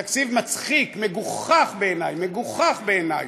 תקציב מצחיק, מגוחך בעיני, מגוחך בעיני,